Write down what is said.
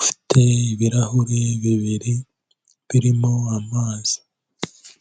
ufite ibirahuri bibiri birimo amazi.